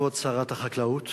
כבוד שרת החקלאות